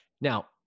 Now